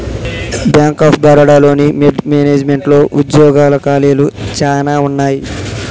bank of Baroda లోని వెడ్ మేనేజ్మెంట్లో ఉద్యోగాల ఖాళీలు చానా ఉన్నయి